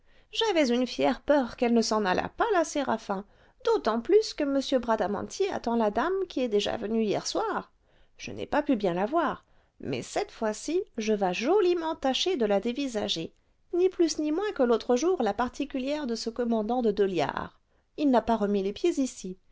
j'avais une fière peur qu'elle ne s'en allât pas la séraphin d'autant plus que m bradamanti attend la dame qui est déjà venue hier soir je n'ai pas pu bien la voir mais cette fois-ci je vas joliment tâcher de la dévisager ni plus ni moins que l'autre jour la particulière de ce commandant de deux liards il n'a pas remis les pieds ici